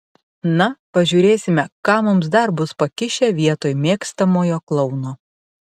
na pažiūrėsime ką mums dar bus pakišę vietoj mėgstamojo klouno